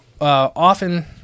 often